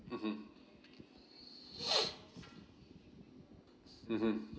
mmhmm mmhmm